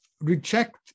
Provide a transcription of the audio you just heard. reject